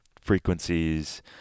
frequencies